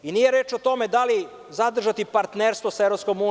Nije reč o tome da li zadržati partnerstvo sa EU.